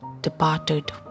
departed